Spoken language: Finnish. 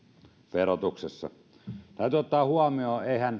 verotuksessa täytyy ottaa huomioon